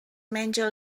menja